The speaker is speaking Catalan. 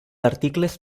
articles